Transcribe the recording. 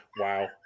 Wow